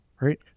right